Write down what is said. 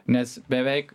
nes beveik